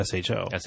SHO